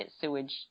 sewage